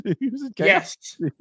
Yes